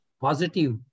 positive